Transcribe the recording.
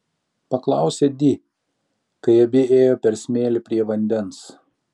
paklausė di kai abi ėjo per smėlį prie vandens